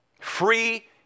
Free